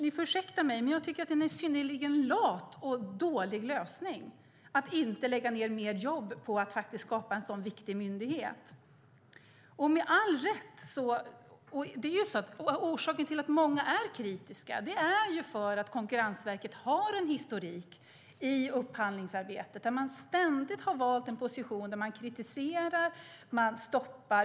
Ni får ursäkta mig, men jag tycker att man är synnerligen lat och att det är dåligt att inte lägga ned mer jobb på att skapa en sådan viktig myndighet. Orsaken till att många är kritiska är att Konkurrensverket har en historik i upphandlingsarbetet där man ständigt har valt att kritisera.